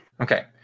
Okay